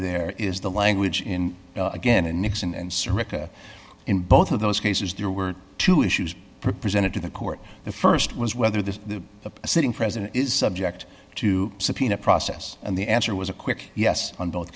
there is the language in again and nixon and serrata in both of those cases there were two issues presented to the court the st was whether the sitting president is subject to subpoena process and the answer was a quick yes on both